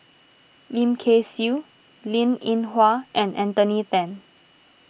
Lim Kay Siu Linn in Hua and Anthony then